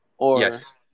Yes